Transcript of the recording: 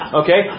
okay